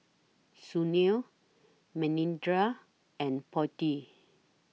Sunil Manindra and Potti